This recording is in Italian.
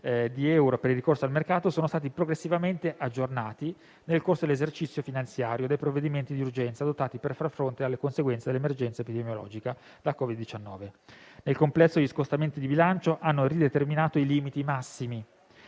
di euro per il ricorso al mercato - sono stati progressivamente aggiornati nel corso dell'esercizio finanziario dai provvedimenti di urgenza addottati per far fronte alle conseguenze dell'emergenza epidemiologica da Covid-19. Nel complesso, gli scostamenti di bilancio hanno rideterminato i limiti massimi